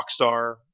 Rockstar